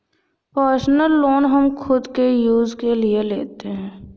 personal loan हम खुद के यूज के लिए लेते है